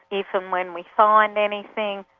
if and when we find anything.